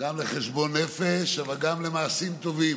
גם לחשבון נפש אבל גם למעשים טובים,